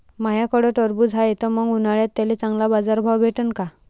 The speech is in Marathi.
माह्याकडं टरबूज हाये त मंग उन्हाळ्यात त्याले चांगला बाजार भाव भेटन का?